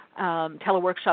teleworkshop